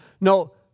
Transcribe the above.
no